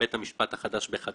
בית המשפט החדש בחדרה,